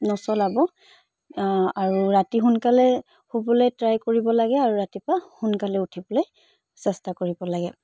নচলাব আৰু ৰাতি সোনকালে শুবলৈ ট্ৰাই কৰিব লাগে আৰু ৰাতিপুৱা সোনকালে উঠিবলৈ চেষ্টা কৰিব লাগে